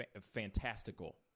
fantastical